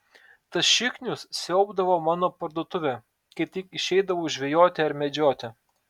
tas šiknius siaubdavo mano parduotuvę kai tik išeidavau žvejoti ar medžioti